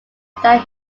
that